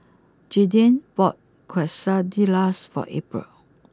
Jaeden bought Quesadillas for April